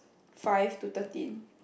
five to thirteen